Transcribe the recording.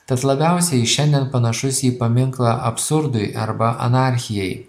tad labiausiai šiandien panašus į paminklą absurdui arba anarchijai